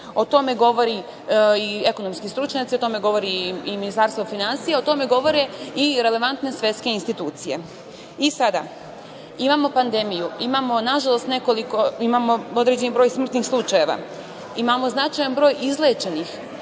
O tome govore i ekonomski stručnjaci, o tome govori i Ministarstvo finansija, o tome govore i relevantne svetske institucije. Imamo pandemiju, imamo, nažalost, određeni broj smrtnih slučajeva, ali, imamo i značajan broj izlečenih.